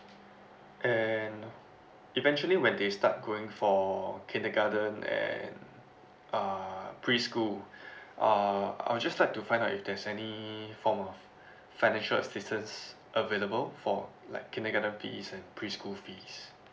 and eventually when they start going for or kindergarten and uh preschool uh I'll just like to find out if there's any form of financial assistance available for like kindergarten fees and preschool fees